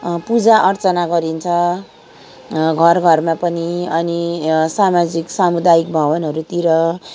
पुजा अर्चना गरिन्छ घर घरमा पनि अनि सामाजिक सामुदायिक भवनहरूतिर